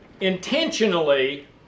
intentionally